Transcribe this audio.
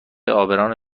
عابران